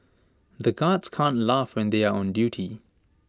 the guards can't laugh when they are on duty